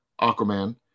Aquaman